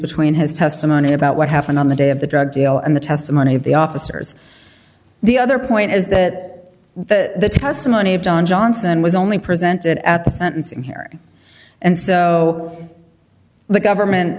between his testimony about what happened on the day of the drug deal and the testimony of the officers the other point is that the testimony of don johnson was only presented at the sentencing hearing and so the government